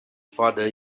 father